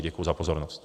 Děkuji za pozornost.